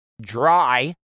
dry